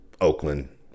Oakland